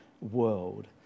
world